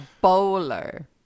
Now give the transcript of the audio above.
bowler